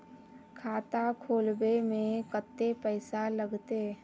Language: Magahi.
खाता खोलबे में कते पैसा लगते?